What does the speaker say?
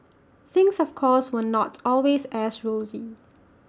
things of course were not always as rosy